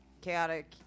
Chaotic